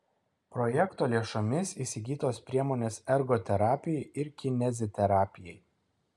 projekto lėšomis įsigytos priemonės ergoterapijai ir kineziterapijai